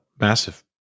massive